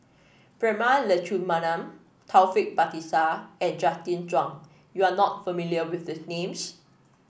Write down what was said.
Prema Letchumanan Taufik Batisah and Justin Zhuang you are not familiar with these names